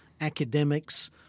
academics